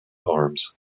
arms